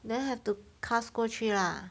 then have to cast 过去 lah